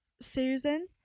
Susan